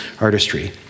artistry